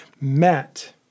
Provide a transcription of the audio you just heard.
met